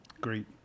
Great